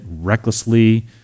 recklessly